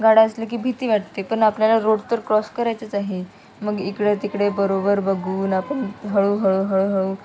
गाड्या असले की भीती वाटते पण आपल्याला रोड तर क्रॉस करायचंच आहे मग इकडं तिकडे बरोबर बघून आपण हळूहळू हळूहळू